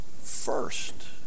first